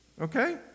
Okay